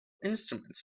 instruments